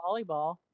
volleyball